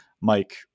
Mike